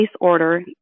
order